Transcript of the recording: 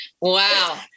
Wow